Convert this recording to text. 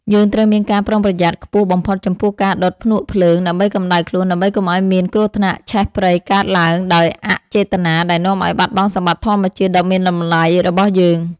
យើងត្រូវមានការប្រុងប្រយ័ត្នខ្ពស់បំផុតចំពោះការដុតភ្នក់ភ្លើងដើម្បីកម្ដៅខ្លួនដើម្បីកុំឱ្យមានគ្រោះថ្នាក់ឆេះព្រៃកើតឡើងដោយអចេតនាដែលនាំឱ្យបាត់បង់សម្បត្តិធម្មជាតិដ៏មានតម្លៃរបស់យើង។